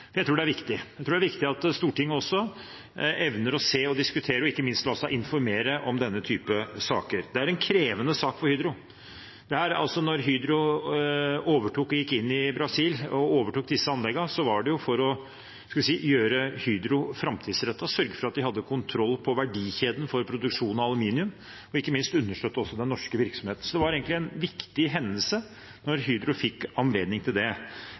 så vil jeg også takke representanten Knag Fylkesnes, som hadde et eget engasjement for å få saken på dagsordenen. Jeg tror det er viktig. Jeg tror det er viktig at Stortinget evner å se, diskutere og ikke minst la seg informere om denne typen saker. Det er en krevende sak for Hydro. Da Hydro gikk inn i Brasil og overtok disse anleggene, var det for å gjøre Hydro framtidsrettet, for å sørge for at de hadde kontroll på verdikjeden for produksjonen av aluminium og ikke minst understøtte den norske virksomheten. Det var en viktig hendelse da Hydro fikk anledning til det.